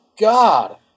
god